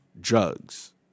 Drugs